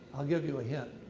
i'll give you a hint.